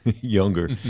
younger